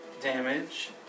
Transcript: damage